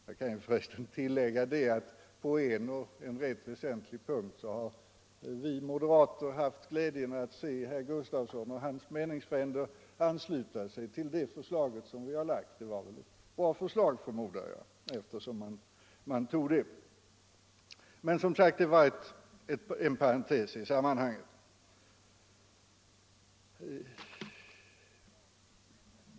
Jag kan tillägga att vi moderater på en ganska väsentlig punkt har haft glädjen att se herr Gustafsson och hans meningsfränder ansluta sig till det förslag som vi har framlagt — det var väl ett bra förslag, förmodar jag, eftersom man antog det. — Detta var som sagt bara en parentes i sammanhanget.